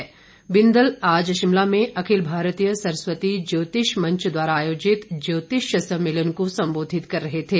doctor Bindal आज शिमला में अखिल भारतीय सरस्वती ज्योतिष मंच द्वारा आयोजित ज्योतिष सम्मेलन को संबोधित कर रहे थे